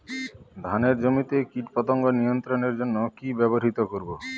ধানের জমিতে কীটপতঙ্গ নিয়ন্ত্রণের জন্য কি ব্যবহৃত করব?